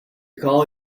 call